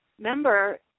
member